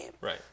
Right